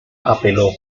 apeló